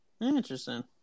Interesting